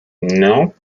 non